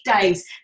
days